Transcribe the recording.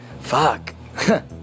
fuck